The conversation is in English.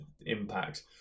Impact